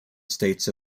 states